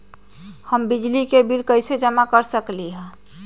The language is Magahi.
हम बिजली के बिल कईसे जमा कर सकली ह?